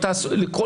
לממשלה.